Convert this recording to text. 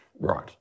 Right